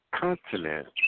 continent